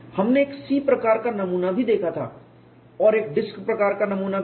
और हमने एक C प्रकार का नमूना भी देखा था और एक डिस्क प्रकार का नमूना भी